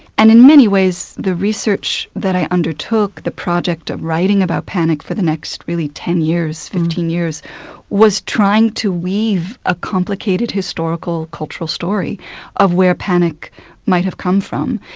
and in many ways, the research that i undertook, the project of writing about panic for the next, really, ten years, fifteen years was trying to weave a complicated historical cultural story of where panic might have come from.